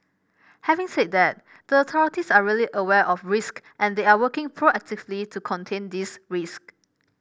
having said that the authorities are really aware of risk and they are working proactively to contain these risk